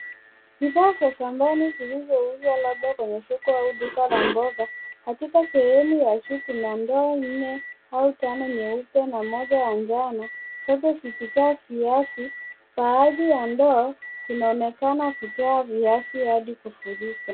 Bidhaa za shambani zilizouzwa labda kwenye soko au duka la mboga katika sehemu ya juu kuna ndoo nne au tano nyeupe au tano ya njano zote zikijaa viazi baadhi ya ndoo zinaonekana kutoa viazi hadi kufurika.